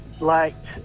liked